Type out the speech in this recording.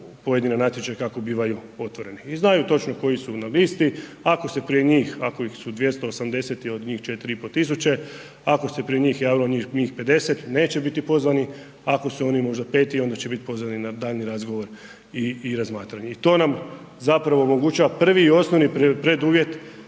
pojedine natječaje kako bivaju otvoreni. I znaju točno koji su koji su na listi, ako se kraj njih, ako su 280 od njih 4500, ako se pred njih javilo njih 50, neće biti pozvani, ako su oni možda peti, onda će biti pozvani na daljnji razgovor i razmatranje i to nam zapravo omogućava prvi i osnovni preduvjet